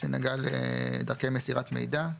שנגע לדרכי מסירת מידע.